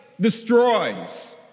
destroys